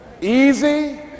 Easy